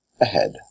ahead